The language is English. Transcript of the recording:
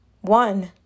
One